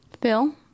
Phil